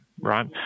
right